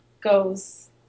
goes